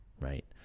right